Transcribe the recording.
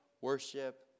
worship